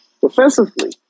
Defensively